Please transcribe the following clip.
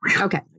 Okay